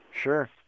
Sure